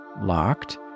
locked